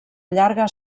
llarga